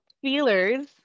feelers